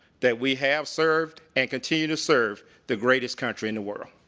that we have served and continue to serve the greatest country in the world.